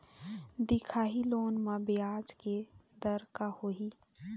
दिखाही लोन म ब्याज के दर का होही?